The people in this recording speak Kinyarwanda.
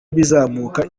bizamuka